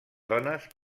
dones